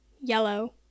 yellow